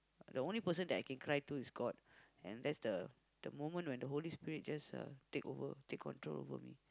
the only person that I can cry to is God and that's the the moment when the Holy-Spirit just uh take over take control over me